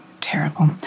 terrible